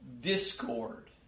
discord